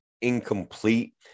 incomplete